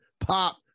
pop